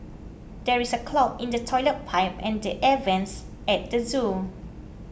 there is a clog in the Toilet Pipe and the Air Vents at the zoo